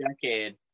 decade